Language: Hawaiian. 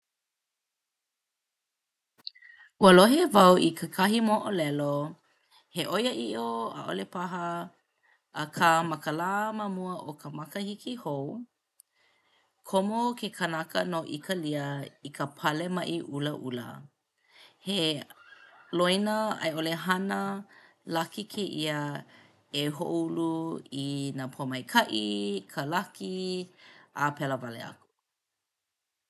Ua lohe wau i kekahi mo'olelo, he 'o iaʻiʻo ʻaʻole paha akā ma ka lā ma mua o ka makahiki hou komo ke kanaka no ʻIkalia i ka pale maʻi ʻulaʻula. He loina a i ʻole hana laki kēia e hoʻoulu i nā pōmaikaʻi, ka laki a pēlā wale aku.